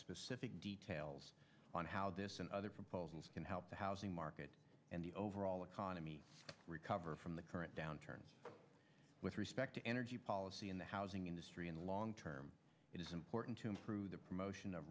specific details on how this and other proposals can help the housing market and the overall economy recover from the current downturn with respect to energy policy in the housing industry in the long term it is important to improve the promotion of